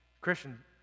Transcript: Christian